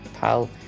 pal